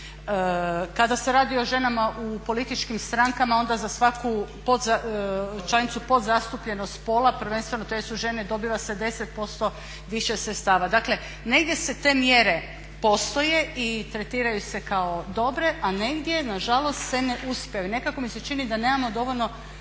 Kada se radi o ženama u političkim strankama onda za svaku članicu podzastupljenost spola, prvenstveno te su žene … više sredstava. Dakle negdje te mjere postoje i tretiraju se kao dobre, a negdje nažalost se ne uspiju. Nekako mi se čini da nemamo dovoljno